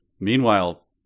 meanwhile